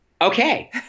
Okay